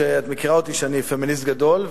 שאת מכירה אותי שאני פמיניסט גדול,